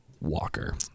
Walker